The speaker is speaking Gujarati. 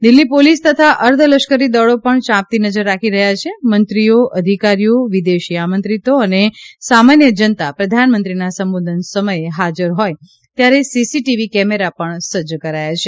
દિલ્ઠી પોલીસ તથા અર્ધલશ્કરી દળો પણ યાંપતી નજર રાખી રહ્યા છે મંત્રીઓ અધિકારીઓ વિદેશી આમંત્રિતો અને સામાન્ય જનતા પ્રધાનમંત્રીના સંબોધન સમયે હાજર હોય ત્યારે સીસીટીવી કેમેરા પણ સજ્જ કરાયા છે